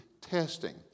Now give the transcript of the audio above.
testing